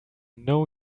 know